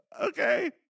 Okay